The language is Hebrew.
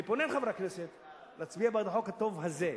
אני פונה לחברי הכנסת בבקשה להצביע בעד החוק הטוב הזה.